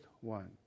one